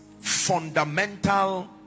fundamental